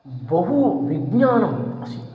बहु विज्ञानम् आसीत्